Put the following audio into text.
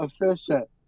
efficient